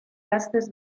gaztez